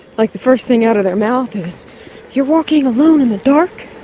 like the first thing out of their mouth is you're walking alone in the dark,